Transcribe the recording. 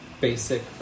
basic